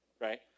right